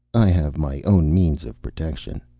i have my own means of protection.